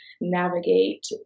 navigate